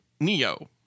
Neo